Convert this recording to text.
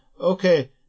Okay